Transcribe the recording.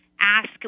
ask